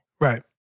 Right